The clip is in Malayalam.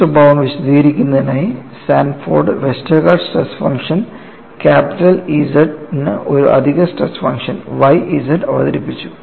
ഈ സ്വഭാവം വിശദീകരിക്കുന്നതിനായി Sanford Westergaard stress function capital Z ന് ഒരു അധിക സ്ട്രെസ് ഫംഗ്ഷൻ Y അവതരിപ്പിച്ചു